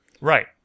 Right